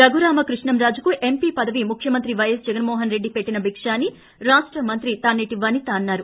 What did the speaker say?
రఘురామ కృష్ణంరాజుకు ఎంపీ పదవి ముఖ్యమంత్రి పైఎస్ జగన్ మోహన్ రెడ్డి పెట్టిన భిక్ష అని రాష్ట మంత్రి తానేటి వనిత అన్నారు